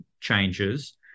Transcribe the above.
changes